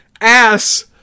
ass